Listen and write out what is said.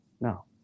no